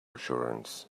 assurance